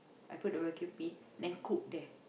I put the barbecue pit then cook there